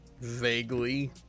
vaguely